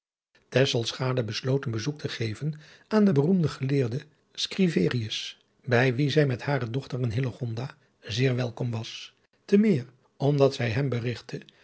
een bezoek te geven aan den beroemden geleerde scriverius bij wien zij met hare dochter en hillegonda zeer welkom was te meer omdat zij hem berigtte